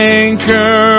anchor